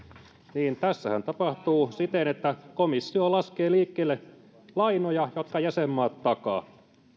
niin tässähän tapahtuu siten että komissio laskee liikkeelle lainoja jotka jäsenmaat takaavat